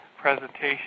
presentation